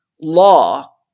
law